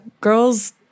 girls